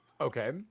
Okay